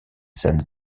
scènes